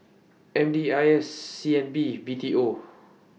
M D I S C N B B T O